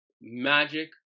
magic